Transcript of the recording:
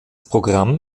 programm